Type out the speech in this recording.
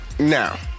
Now